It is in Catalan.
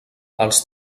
els